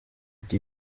uti